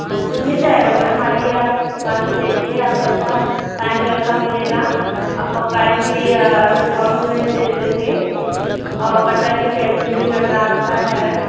हाँ तो मिल जाएगा मैम आइए आप दुकान पर देखिए आप जैसा चाहेंगे वैसा मिलेगा आपका प्राइस भी डिस्काउंट में दे देंगे और कटर भी पेंसिल भी नटराज का है